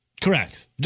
Correct